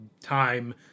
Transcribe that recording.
time